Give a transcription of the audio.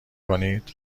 کنید